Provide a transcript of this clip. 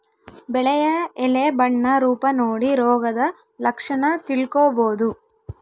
ಬೆಳೆಯ ಎಲೆ ಬಣ್ಣ ರೂಪ ನೋಡಿ ರೋಗದ ಲಕ್ಷಣ ತಿಳ್ಕೋಬೋದು